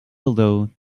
below